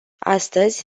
astăzi